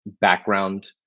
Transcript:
background